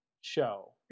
show